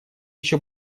еще